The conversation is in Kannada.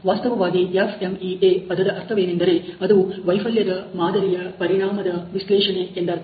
ವಾಸ್ತವವಾಗಿ FMEA ಪದದ ಅರ್ಥವೇನೆಂದರೆ ಅದು 'ವೈಫಲ್ಯದ ಮಾದರಿಯ ಪರಿಣಾಮದ ವಿಶ್ಲೇಷಣೆ 'ಎಂದರ್ಥ